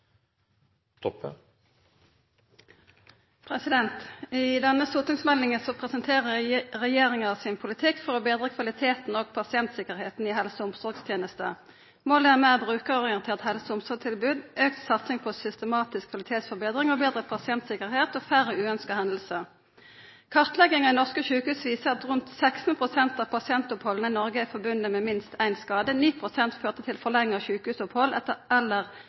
med. I denne stortingsmeldinga presenterer regjeringa sin politikk for å betra kvaliteten og pasientsikkerheita i helse- og omsorgstenesta. Målet er eit meir brukarorientert helse- og omsorgstilbod, auka satsing på systematisk kvalitetsforbetring, betra pasiensikkerheit og færre uønskte hendingar. Kartlegginga i norske sjukehus viser at rundt 16 pst. av pasientopphalda i Noreg er forbundne med minst ein skade. 9 pst. førte til forlenga sjukehusopphold eller